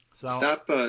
Stop